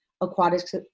aquatics